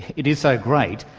it is so great,